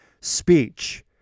speech